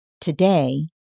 Today